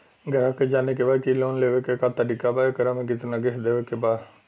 ग्राहक के जाने के बा की की लोन लेवे क का तरीका बा एकरा में कितना किस्त देवे के बा?